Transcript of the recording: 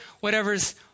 whatever's